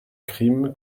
crime